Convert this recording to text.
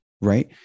right